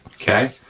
okay?